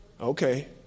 Okay